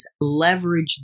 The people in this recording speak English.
leverage